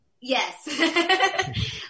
Yes